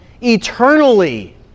eternally